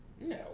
No